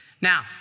Now